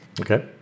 Okay